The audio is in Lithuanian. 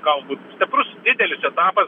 galbūt stiprus didelis etapas